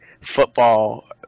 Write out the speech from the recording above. football